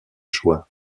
choix